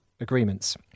agreements